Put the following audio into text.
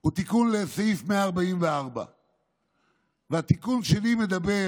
הוא תיקון לסעיף 144. התיקון שלי מדבר